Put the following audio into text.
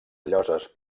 lloses